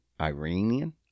Iranian